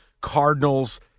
Cardinals